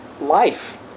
life